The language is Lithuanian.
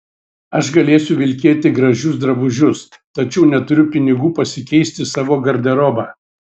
aš galėsiu vilkėti gražius drabužius tačiau neturiu pinigų pasikeisti savo garderobą